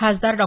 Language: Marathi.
खासदार डॉ